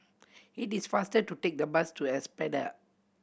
it is faster to take the bus to Espada